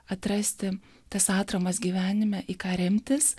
atrasti tas atramas gyvenime į ką remtis